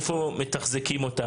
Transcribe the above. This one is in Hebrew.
איפה מתחזקים אותם?